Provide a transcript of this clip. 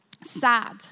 sad